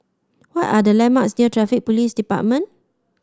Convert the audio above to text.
what are the landmarks near Traffic Police Department